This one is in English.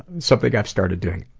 something i've started doing.